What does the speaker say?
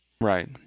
Right